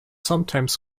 sometimes